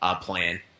plan